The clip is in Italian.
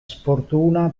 sfortuna